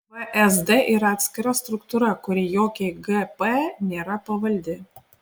vsd yra atskira struktūra kuri jokiai gp nėra pavaldi